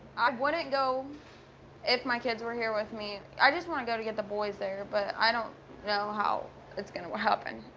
want to go if my kids were here with me. i just want to go to get the boys there, but i don't know how it's gonna happen.